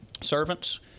Servants